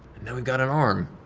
and then we've got an arm,